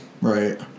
Right